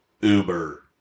Uber